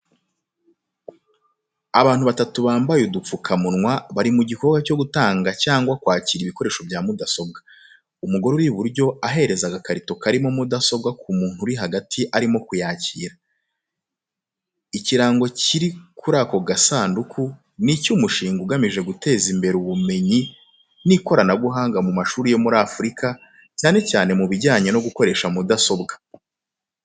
Abantu batatu bambaye udupfukamunwa bari mu gikorwa cyo gutanga cyangwa kwakira ibikoresho bya mudasobwa. Umugore uri iburyo ahereza agakarito karimo mudasobwa ku muntu uri hagati arimo kuyakira. Ikirango kiri kuri ako gasanduku ni icy'umushinga ugamije guteza imbere ubumenyi n'ikoranabuhanga mu mashuri yo muri Afurika, cyane cyane mu bijyanye no gukoresha mudasobwa.